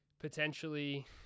potentially